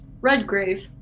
Redgrave